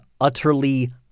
utterly